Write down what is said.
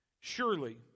Surely